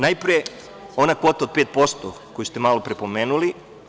Najpre, ona kvota od 5% koju ste malopre pomenuli.